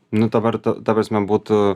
nu dabar ta prasme būtų